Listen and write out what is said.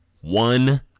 One